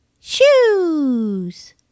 Shoes